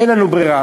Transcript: אין לנו ברירה,